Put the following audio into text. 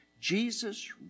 Jesus